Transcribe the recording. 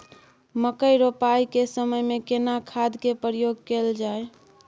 मकई रोपाई के समय में केना खाद के प्रयोग कैल जाय?